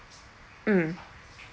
mm